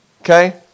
Okay